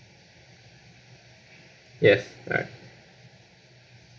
yes alright